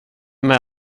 med